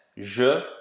Je